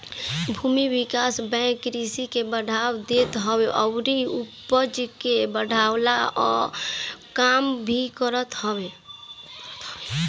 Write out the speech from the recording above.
भूमि विकास बैंक कृषि के बढ़ावा देत हवे अउरी उपज के बढ़वला कअ काम भी करत हअ